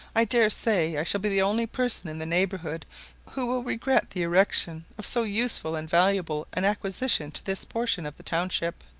i dare say, i shall be the only person in the neighbourhood who will regret the erection of so useful and valuable an acquisition to this portion of the township.